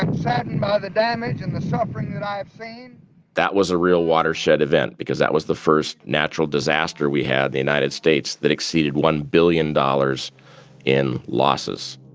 and saddened by the damage and the suffering that i have seen that was a real watershed event because that was the first natural disaster we had the united states that exceeded one billion dollars in losses